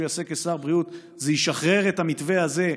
יעשה כשר הבריאות היא לשחרר את המתווה הזה,